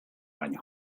baino